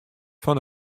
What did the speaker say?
fan